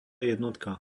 jednotka